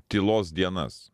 tylos dienas